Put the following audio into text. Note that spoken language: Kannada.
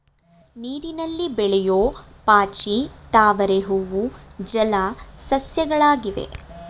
ನೀರಿನಲ್ಲಿ ಬೆಳೆಯೂ ಪಾಚಿ, ತಾವರೆ ಹೂವು ಜಲ ಸಸ್ಯಗಳಾಗಿವೆ